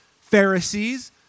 Pharisees